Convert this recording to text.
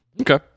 Okay